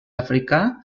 africà